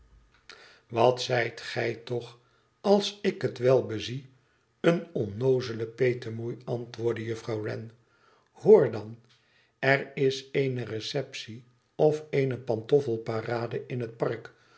wat zijt gij toch als ik het wel bezie een onnoozele petemoei antwoordde juffrouw wren hoor dan r is eene receptie of eene pantoffelparade in het park